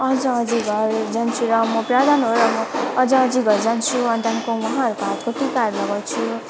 अजाअजीको घर जान्छु र म प्रधान हो र अजाअजीको घर जान्छु अनि त्यहाँदेखिन्को उनीहरूको हातको टिकाहरू लगाउँछु